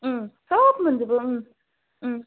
सब मोनजोबो